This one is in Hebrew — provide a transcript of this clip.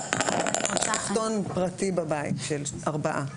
פעוטון פרטי בבית של ארבעה ילדים.